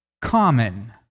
common